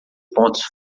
pontos